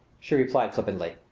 she replied flippantly.